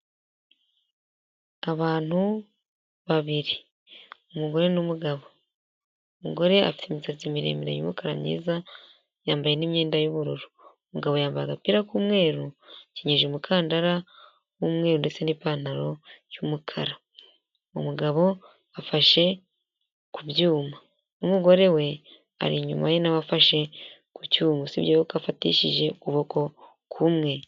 Abantu babiri. Umugore n'umugabo. Umugore afite imisatsi miremire y'umukara myiza yambaye imyenda y'ubururu, umugabo yambaye agapira k'umweru akenyeje umukandara w'umweru ndetse n'ipantaro y'umukara, umugabo afashe ku byuma, umugore we ari inyuma ye nawe afashe ku cyuma. Usibye yuko afatishije ukuboko kumwe.